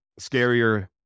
scarier